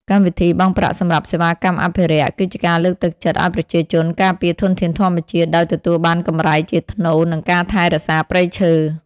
កម្មវិធី បង់ប្រាក់សម្រាប់សេវាកម្មអភិរក្ស គឺជាការលើកទឹកចិត្តឲ្យប្រជាជនការពារធនធានធម្មជាតិ ដោយទទួលបានកម្រៃជាថ្នូរនឹងការថែរក្សាព្រៃឈើ។